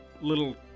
little